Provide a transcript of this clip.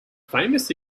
famous